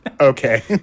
okay